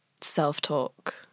self-talk